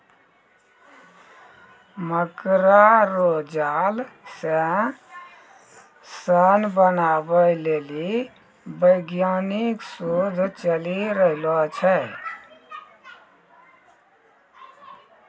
मकड़ा रो जाल से सन बनाबै लेली वैज्ञानिक शोध चली रहलो छै